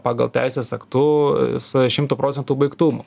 pagal teisės aktu su šimto procentų baigtumu